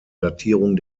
datierung